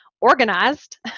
organized